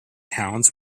towns